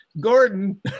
gordon